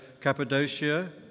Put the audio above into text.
Cappadocia